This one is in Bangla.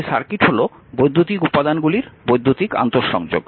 তাই সার্কিট হল বৈদ্যুতিক উপাদানগুলির বৈদ্যুতিক আন্তঃসংযোগ